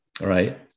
right